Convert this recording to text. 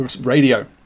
Radio